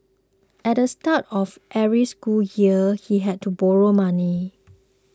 at the start of every school year he had to borrow money